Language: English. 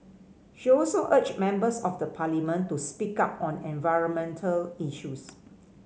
she also urged members of the Parliament to speak up on environmental issues